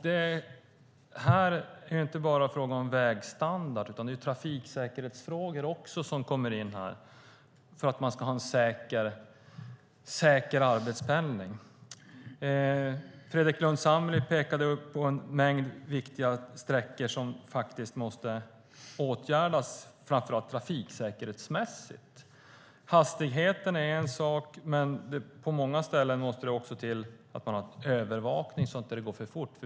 Det är inte bara fråga om vägstandard, utan trafiksäkerhetsfrågor kommer också in här för att människor ska ha en säker arbetspendling. Fredrik Lundh Sammeli pekade på en mängd viktiga sträckor som måste åtgärdas framför allt trafiksäkerhetsmässigt. Hastigheten är en sak. På många ställen måste det också till att man har övervakning så att det inte går för fort.